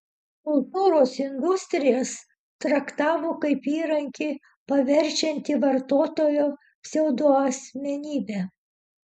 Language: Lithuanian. kultūros industrijas traktavo kaip įrankį paverčiantį vartotoją pseudoasmenybe